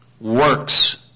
works